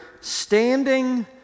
standing